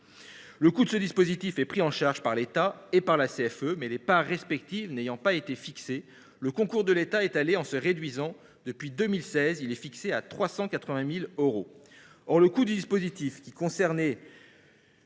Le coût de ce dispositif est pris en charge par l’État et la CFE. Mais, les parts respectives n’ayant pas été fixées, le concours de l’État s’est réduit. Depuis 2016, il est fixé à 380 000 euros. Or le coût du dispositif, qui concernait